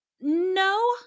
No